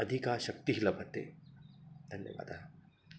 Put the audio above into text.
अधिका शक्तिः लभ्यते धन्यवादः